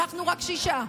ואנחנו רק שישה,